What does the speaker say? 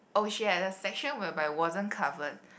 oh she had the section whereby wasn't covered